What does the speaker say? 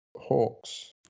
Hawks